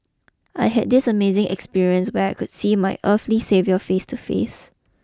I had this amazing experience where I could see my earthly saviour face to face